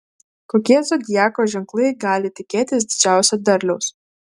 kokie zodiako ženklai gali tikėtis didžiausio derliaus